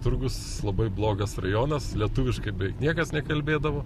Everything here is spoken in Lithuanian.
turgus labai blogas rajonas lietuviškai beveik niekas nekalbėdavo